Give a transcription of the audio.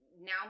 now